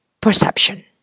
perception